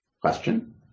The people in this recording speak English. question